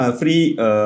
free